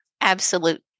absolute